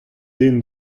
den